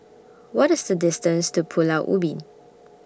What IS The distance to Pulau Ubin